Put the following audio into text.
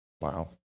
Wow